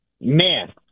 Man